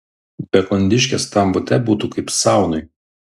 be kondiškės tam bute būtų kaip saunoj